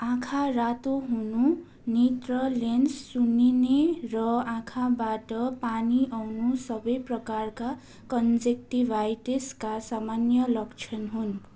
आँखा रातो हुनु नेत्र लेन्स सुन्निने र आँखाबाट पानी आउनु सबै प्रकारका कन्जङ्कटिवाइटिसका सामान्य लक्षण हुन्